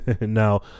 Now